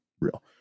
real